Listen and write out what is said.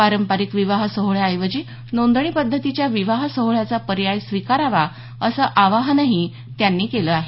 पारंपारिक विवाह सोहळ्याऐवजी नोंदणी पद्धतीच्या विवाह सोहळ्याचा पर्याय स्वीकारावा असं आवाहनही त्यांनी केलं आहे